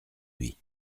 lui